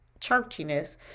churchiness